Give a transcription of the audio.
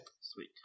Sweet